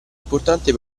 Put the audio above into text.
importante